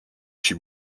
suis